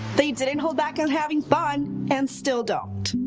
they didn't hold back on having fun. and still don't.